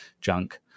junk